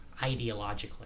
ideologically